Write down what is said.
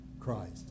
Christ